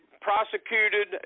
prosecuted